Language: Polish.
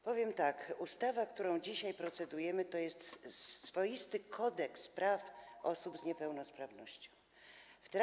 Powiem tak: ustawa, nad którą dzisiaj procedujemy, to swoisty kodeks praw osób z niepełnosprawnościami.